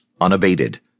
unabated